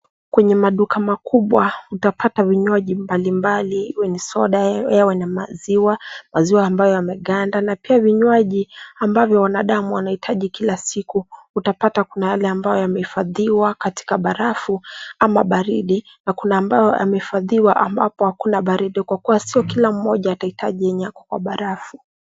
Kwenye maduka makubwa utapata vinywaji mbalimbali iwe ni soda yawe ya maziwa, maziwa ambayo yameganda na pia vinywaji ambavyo wanadamu wanahitaji kila siku. Utapata kuna yale ambayo yamehifadhiwa katika barafu ama baridi na kuna ambayo yamehifadhiwa ambapo hakuna baridi kwa kuwa sio kila mmoja atahitaji eney yako kwa barafu.